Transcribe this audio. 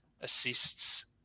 assists